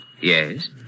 Yes